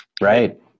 right